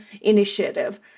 initiative